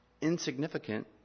insignificant